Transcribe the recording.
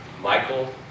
Michael